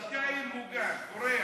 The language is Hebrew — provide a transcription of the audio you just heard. בינתיים מוגן, אורח,